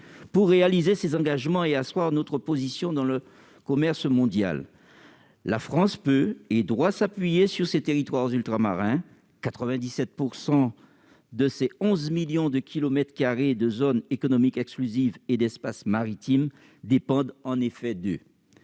oeuvre ces engagements et asseoir notre position dans le commerce mondial, la France peut, et doit, s'appuyer sur ses territoires ultramarins. En effet, 97 % de ses 11 millions de kilomètres carrés de zone économique exclusive et d'espace maritime sont liés à ces